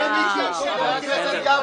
את לא מקשיבה לסעיף.